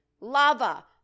Lava